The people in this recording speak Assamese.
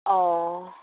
অঁ